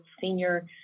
senior